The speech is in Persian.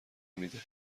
میده